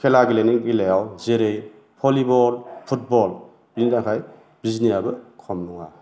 खेला गेलेनाय बेलायाव जेरै भलिबल फुटबल बिनि थाखाय बिजिनिआबो खम नङा